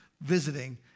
visiting